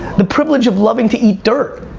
the privilege of loving to eat dirt.